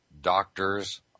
doctors